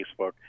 Facebook